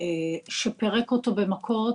שפירק אותו במכות.